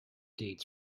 dates